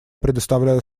предоставляю